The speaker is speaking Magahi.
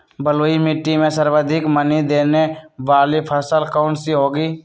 बलुई मिट्टी में सर्वाधिक मनी देने वाली फसल कौन सी होंगी?